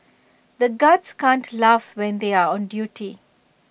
the guards can't laugh when they are on duty